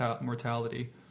mortality